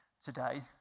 today